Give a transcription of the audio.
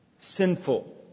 Sinful